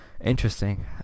Interesting